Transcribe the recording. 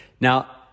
Now